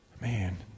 man